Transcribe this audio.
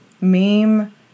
meme